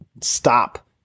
stop